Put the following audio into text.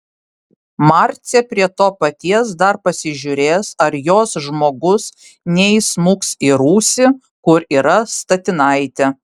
marcė prie to paties dar pasižiūrės ar jos žmogus neįsmuks į rūsį kur yra statinaitė